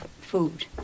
food